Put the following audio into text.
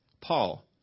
Paul